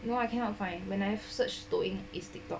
no I cannot find when I search 抖音 is just tik tok